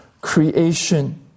creation